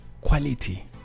quality